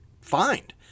find